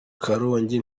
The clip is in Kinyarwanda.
karongi